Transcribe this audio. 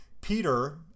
Peter